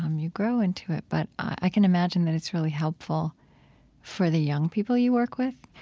um you grow into it. but i can imagine that it's really helpful for the young people you work with.